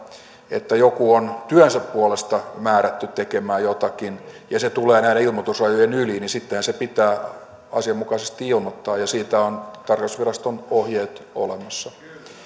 että joku on työnsä puolesta määrätty tekemään jotakin ja se tulee näiden ilmoitusrajojen yli niin sittenhän se pitää asianmukaisesti ilmoittaa ja siitä on tarkastusviraston ohjeet olemassa